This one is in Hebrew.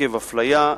עקב אפליה,